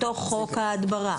מתוך חוק ההדברה,